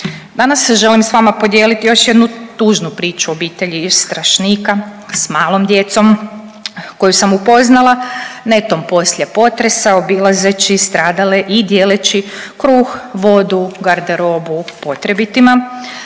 Danas želim s vama podijeliti još jednu priču obitelji iz Strašnika s malom djecom koju sam upoznala netom poslije potresa obilazeći stradale i dijeleći kruh, vodu, garderobu potrebitima.